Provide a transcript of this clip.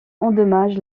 endommage